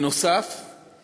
נוסף על כך,